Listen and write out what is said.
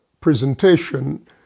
presentation